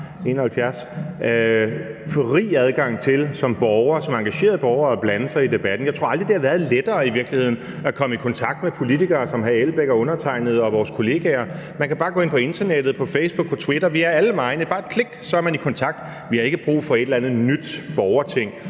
– at man som engageret borger kan blande sig i debatten. Jeg tror i virkeligheden aldrig, det har været lettere at komme i kontakt med politikere som hr. Uffe Elbæk, undertegnede og vores kollegaer. Man kan bare gå ind på internettet på Facebook og på Twitter; vi er alle vegne – bare et klik, så er man i kontakt. Vi har ikke brug for et eller andet nyt borgerting